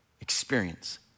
experience